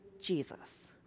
Jesus